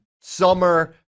summer